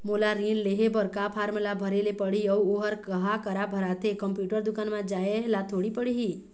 मोला ऋण लेहे बर का फार्म ला भरे ले पड़ही अऊ ओहर कहा करा भराथे, कंप्यूटर दुकान मा जाए ला थोड़ी पड़ही?